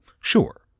sure